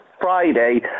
Friday